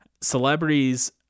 celebrities